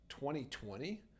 2020